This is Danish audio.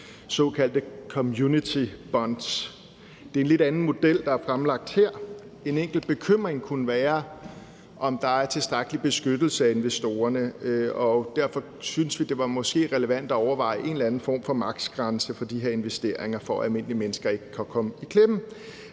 såkaldte community bonds. Det er en lidt anden model, der er fremlagt her. En enkelt bekymring kunne være, om der er tilstrækkelig beskyttelse af investorerne. Derfor synes vi, at det måske er relevant at overveje en eller anden form for maks.-grænse for de her investeringer, for at almindelige mennesker ikke kan komme i klemme.